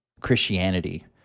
Christianity